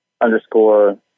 underscore